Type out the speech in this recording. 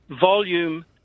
volume